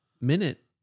minute